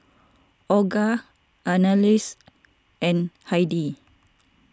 Olga Annalise and Heidy